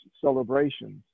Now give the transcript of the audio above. celebrations